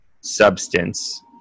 substance